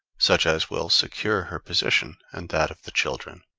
such as will secure her position and that of the children.